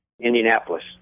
Indianapolis